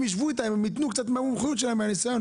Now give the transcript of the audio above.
הם יישבו איתם וייתנו קצת מהמומחיות ומהניסיון שלהם.